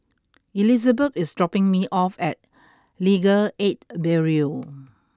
Elizebeth is dropping me off at Legal Aid Bureau